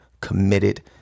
committed